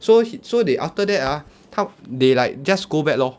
so he so they after that ah 他 they like just go back lor